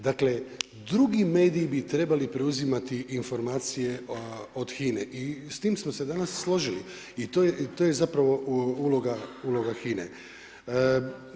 Dakle drugi mediji bi trebali preuzimati informacije od HINA-e i s tim smo se danas složili i to je uloga HINA-e.